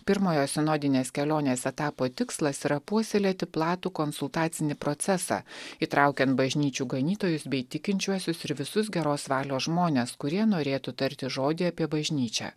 pirmojo sinodinės kelionės etapo tikslas yra puoselėti platų konsultacinį procesą įtraukiant bažnyčių ganytojus bei tikinčiuosius ir visus geros valios žmones kurie norėtų tarti žodį apie bažnyčią